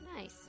Nice